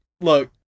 look